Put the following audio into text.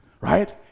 right